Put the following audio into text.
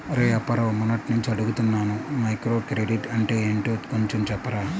రేయ్ అప్పారావు, మొన్నట్నుంచి అడుగుతున్నాను మైక్రోక్రెడిట్ అంటే ఏంటో కొంచెం చెప్పురా